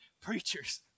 preachers